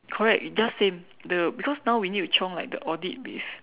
correct just same the because now we need to chiong like the audit with